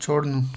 छोड्नु